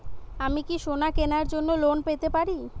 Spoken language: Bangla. আমি কি সোনা কেনার জন্য লোন পেতে পারি?